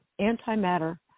antimatter